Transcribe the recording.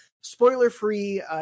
spoiler-free